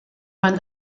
man